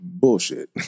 bullshit